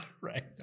right